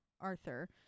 arthur